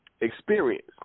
experience